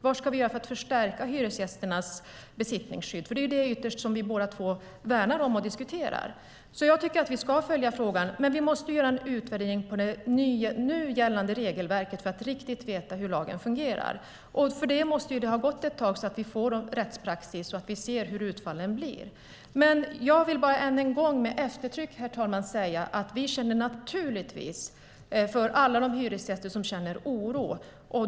Vad ska vi göra för att förstärka hyresgästernas besittningsskydd? Det är ju ytterst det som vi båda två värnar om. Jag tycker att vi ska följa frågan, men vi måste göra en utvärdering av det nu gällande regelverket för att riktigt veta hur lagen fungerar. Då måste det ha gått ett tag, så att vi får en rättspraxis och ser hur utfallen blir. Jag vill än en gång med eftertryck säga att vi naturligtvis känner för alla de hyresgäster som känner oro.